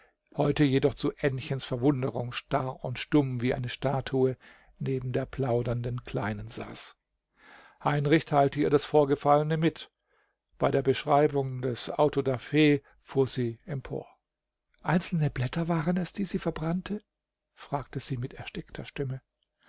heute jedoch zu aennchens verwunderung starr und stumm wie eine statue neben der plaudernden kleinen saß heinrich teilte ihr das vorgefallene mit bei der beschreibung des autodaf fuhr sie empor einzelne blätter waren es die sie verbrannte fragte sie mit erstickter stimme